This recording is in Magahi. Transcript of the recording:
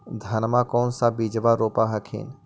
धनमा कौन सा बिजबा रोप हखिन?